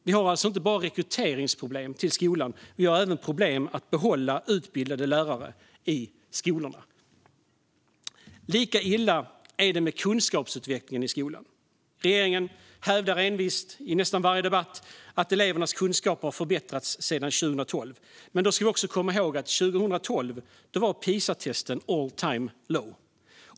Vi har alltså inte bara problem med att rekrytera lärare till skolan; vi har även problem med att behålla utbildade lärare i skolorna. Lika illa är det med kunskapsutvecklingen i skolan. Regeringen hävdar envist i nästan varje debatt att elevernas kunskaper har förbättrats sedan 2012. Men då ska vi komma ihåg att Pisaresultaten 2012 var en all time low.